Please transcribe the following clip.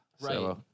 right